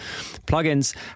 plugins